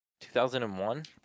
2001